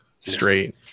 straight